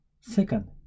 Second